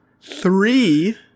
three